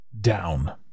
down